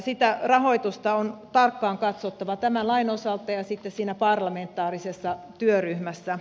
sitä rahoitusta on tarkkaan katsottava tämän lain osalta ja sitten siinä parlamentaarisessa työryhmässä